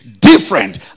different